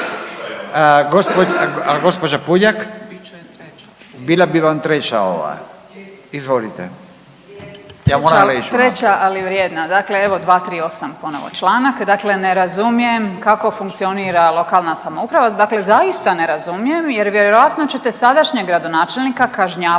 reći. **Puljak, Marijana (Centar)** Treća ali vrijedna. Dakle, evo 238. evo ponovo članak. Dakle, ne razumijem kako funkcionira lokalna samouprava. Dakle, zaista ne razumijem jer vjerojatno ćete sadašnjeg gradonačelnika kažnjavati